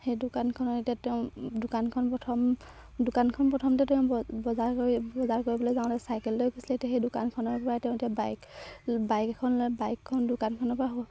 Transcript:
সেই দোকানখনত এতিয়া তেওঁ দোকানখন প্ৰথম দোকানখন প্ৰথমতে তেওঁ বজাৰ কৰি বজাৰ কৰিবলৈ যাওঁতে চাইকেল লৈ গুচিলে তেতিয়া সেই দোকানখনৰপৰা তেওঁ এতিয়া বাইক বাইক এখন লৈ বাইকখন দোকানখনৰপৰা